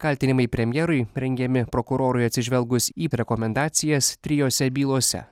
kaltinimai premjerui rengiami prokurorui atsižvelgus į rekomendacijas trijose bylose